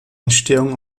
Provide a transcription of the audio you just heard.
entstehung